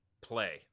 play